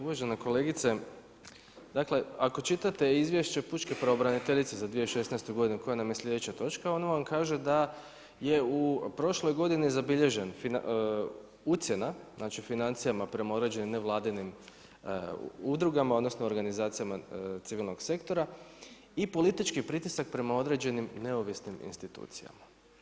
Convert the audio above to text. Uvažena kolegice, ako čitate izvješće pučke pravobraniteljice za 2016. koja nam je sljedeća točka, ona vam kaže da je u prošloj godini zabilježen ucjena, financija prema određenim nevladinim udrugama, odnosno, organizacijama civilnog sektora i politički pritisak prema određenim neovisnim institucijama.